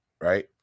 right